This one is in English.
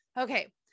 Okay